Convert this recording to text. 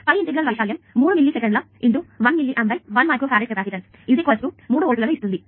పై integral వైశాల్యం 3 మిల్లీసెకన్ల 1 milliamp 1 microfarad capacitance 3 volts ను ఇస్తుంది